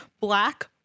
black